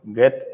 get